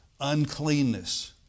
Uncleanness